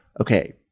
Okay